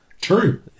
True